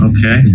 Okay